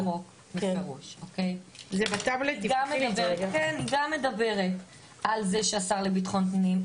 הצעת החוק בפירוש היא גם מדברת על זה שהשר לביטחון פנים,